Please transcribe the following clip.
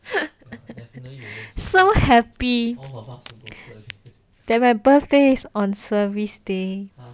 so happy that my birthday is on service day